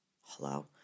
hello